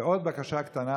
ועוד בקשה קטנה,